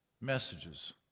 messages